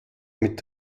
mit